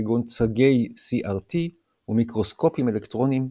כגון צגי CRT ומיקרוסקופים אלקטרוניים,